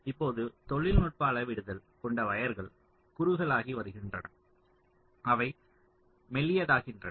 இப்போது தொழில்நுட்ப அளவிடுதல் கொண்ட வயர்கள் குறுகலாகி வருகின்றன அவை மெல்லியதாகிருகின்றன